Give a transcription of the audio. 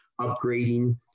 upgrading